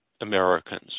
Americans